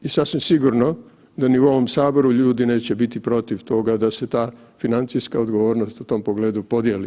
I sasvim sigurno da ni u ovom Saboru ljudi neće biti protiv toga da se ta financijska odgovornost u tom pogledu podijeli.